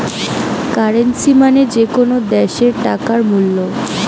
currency মানে যে কোনো দ্যাশের টাকার মূল্য